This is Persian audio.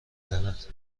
زند